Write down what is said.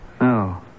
No